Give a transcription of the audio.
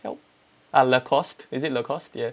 help ah Lacoste is it Lacoste yeah